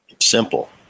simple